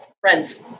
friends